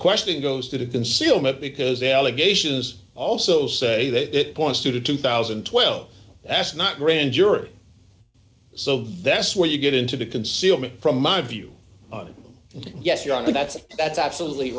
question goes to the concealment because allegations also say that it points to two thousand and twelve that's not grand jury so that's where you get into the concealment from my view and yes you're on the that's that's absolutely